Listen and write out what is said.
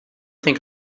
think